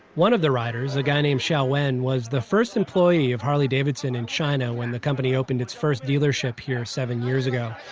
one of the riders, a guy named xiao wen, was the first employee of harley-davidson in china when the company opened its first dealership here seven years ago.